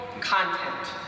content